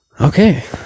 okay